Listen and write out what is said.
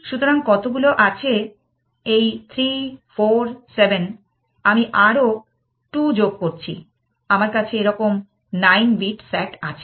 সুতরাং কতগুলো আছে এই 3 4 7 আমি আরও 2 যোগ করছি আমার কাছে এরকম 9 বিট S A T আছে